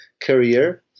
career